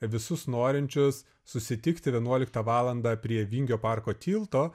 visus norinčius susitikti vienuoliktą valandą prie vingio parko tilto